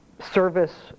service